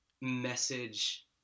message